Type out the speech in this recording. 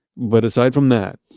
but aside from that,